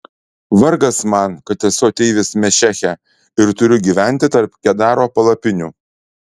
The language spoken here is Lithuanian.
vargas man kad esu ateivis mešeche ir turiu gyventi tarp kedaro palapinių